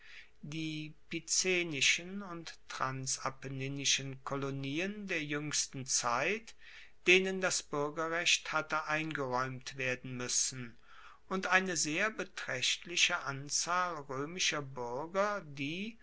die picenischen und transapenninischen kolonien der juengsten zeit denen das buergerrecht hatte eingeraeumt werden muessen und eine sehr betraechtliche anzahl roemischer buerger die